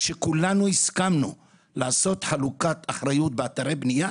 שכולנו הסכמנו לעשות חלוקת אחריות באתרי בנייה,